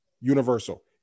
Universal